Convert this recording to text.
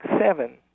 Seven